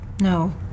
No